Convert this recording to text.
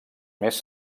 més